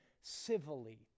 civilly